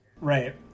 Right